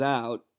out